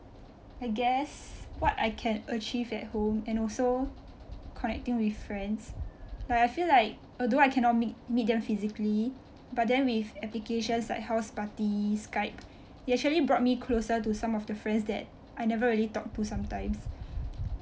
I guess what I can achieve at home and also connecting with friends like I feel like although I cannot meet meet them physically but then with applications like houseparty skype it actually brought me closer to some of the friends that I never really talk to sometimes